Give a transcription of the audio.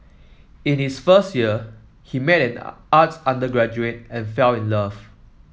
in his first year he met arts undergraduate and fell in love